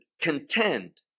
contend